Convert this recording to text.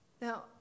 Now